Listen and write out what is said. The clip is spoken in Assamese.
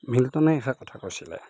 মিল্টনে এষাৰ কথা কৈছিলে